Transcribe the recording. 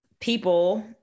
people